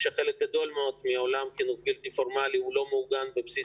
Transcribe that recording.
שחלק גדול מאוד מעולם החינוך הבלתי פורמלי לא מעוגן בבסיס